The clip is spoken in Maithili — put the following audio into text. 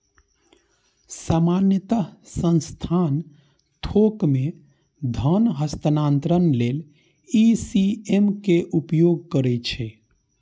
सामान्यतः संस्थान थोक मे धन हस्तांतरण लेल ई.सी.एस के उपयोग करै छै